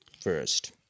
first